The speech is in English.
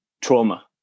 trauma